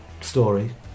story